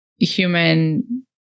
human